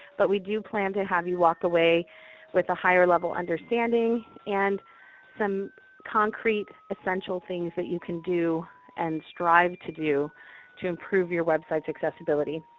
but we do plan to have you walk away with a higher level understanding and some concrete, essential things that you can do and strive to do to improve your website's accessibility.